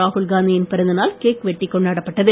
ராகுல் காந்தியின் பிறந்தநாள் கேக் வெட்டி கொண்டாடப்பட்டது